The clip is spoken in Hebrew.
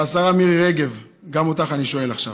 והשרה מירי רגב, גם אותך אני שואל עכשיו: